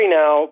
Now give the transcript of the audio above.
now